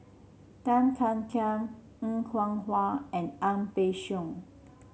Tan Ean Kiam Er Kwong Wah and Ang Peng Siong